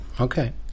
Okay